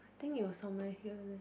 think it was somewhere here leh